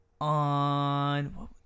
On